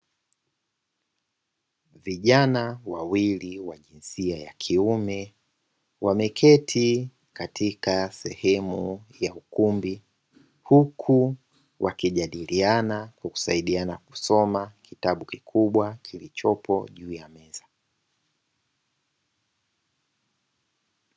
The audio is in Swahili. Vijana wawili wa jinsia ya kiume wameketi katika sehemu ya ukumbi, huku wakijadiliana na kusaidiana kusoma kitabu kikubwa kilichopo juu ya meza.